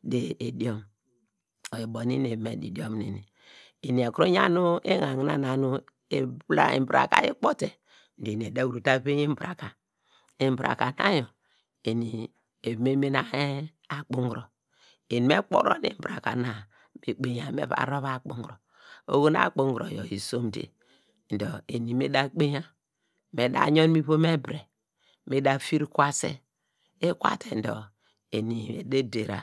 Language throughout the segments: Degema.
Di idiom, oyor ubo nu eni eveme di idiom neni, eni ekuru yah enanina na nu ebilainy. Nbraka ikpote dor eni ede kuru ta verve nbraka, nbraka yor eni eva me mene akpunguro, eni me kporum nbraka na, me kpeinya me va towve akpunguro, oho nu akpunguro yor isomde dor eni me da kpeinye me da yon mu ivom ebire nu da fir kwase, ikwate dor eni ede der ra,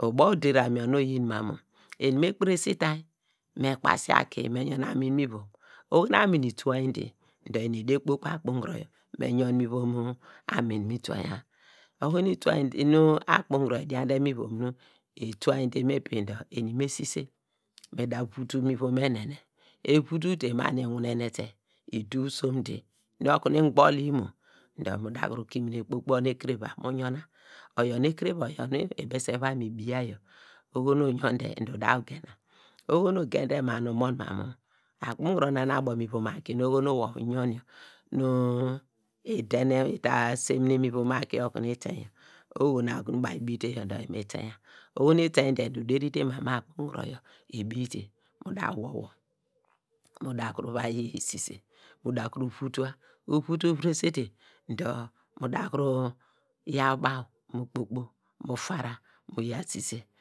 ubo ider rom yor nu oyin ma mu eni me krese itainy me kpasi aki, me yon anun mu ivom oho nu enun yor ituanyite dor eni ede kpo kpo akpunguro yor me yon mu ivom anun mu itainya, oho nu ituanyite nu akpunguro idiande mu ivom nu ituainyi de imipinyi dor eni me sise me da vutu mu ivom enene, evutu te ma nu iwin nenete dor, eduw somte nu okunu ingbole imo dor me kpokpo onu ekire va mu yon na, oyor nu ekire va, oyor nu ibese va mu bia yor, oho nu uyonde dor uda gena, oho nu ogende ma nu umon ma nu akpunguro na nu abo mu ivom aki nu oho nu wor uyan yor nu idenete ida senete mu ivom aki yor okunu itein yor, oho na okunu baw ibiite yor dor baw mi tari ya, oho nu iteinte dor uderi te ma mu akpunguro yor ibiite mu da wor wor, mu da kum va yi sise muda kuru vutua, uvutu viresete dor mu da kuru yaw baw mu kpo kpo, mu faran mu yaw sise.